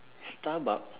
Starbucks